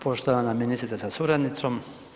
Poštovana ministrice sa suradnicom.